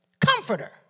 comforter